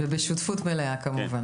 ובשותפות מלאה כמובן.